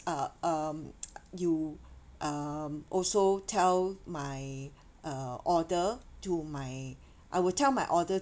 uh um you um also tell my uh order to my I will tell my order